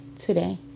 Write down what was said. today